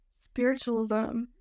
spiritualism